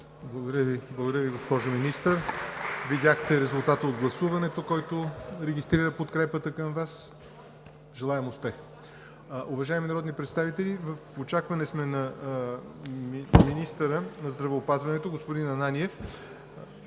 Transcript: благодаря Ви, госпожо Министър. Видяхте резултата от гласуването, който регистрира подкрепата към Вас. Желаем успех! Уважаеми народни представители, в очакване сме на министъра на здравеопазването господин Ананиев